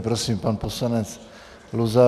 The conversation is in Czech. Prosím, pan poslanec Luzar.